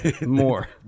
More